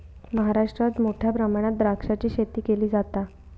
महाराष्ट्रात मोठ्या प्रमाणात द्राक्षाची शेती केली जाता